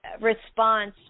response